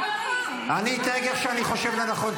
--- אני אתנהג איך שאני חושב לנכון.